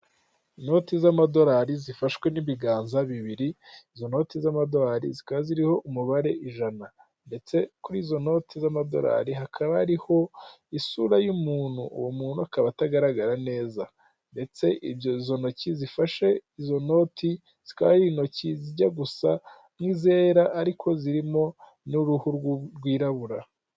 Inoti z'amadorari zifashwe n'ibiganza bibiri, izo noti z'amadorari zikaba ziriho umubare ijana. Ndetse kuri izo noti z'amadorari zikaba ariho isura y'umuntu, uwo muntu akaba atagaragara neza. Ndetse izo ntoki zifashe izo noti zikari ari intoki zijya gusa nk'izera ariko zirimo uruhu rwirabura.